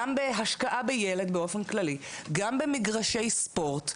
גם בהשקעה בילד באופן כללי, גם במגרשי ספורט,